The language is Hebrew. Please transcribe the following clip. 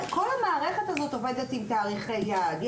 כל המערכת הזו עובדת עם תאריכי יעד.